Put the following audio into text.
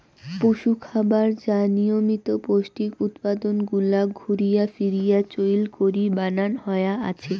পশুখাবার যা নিয়মিত পৌষ্টিক উপাদান গুলাক ঘুরিয়া ফিরিয়া চইল করি বানান হয়া আছে